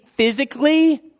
physically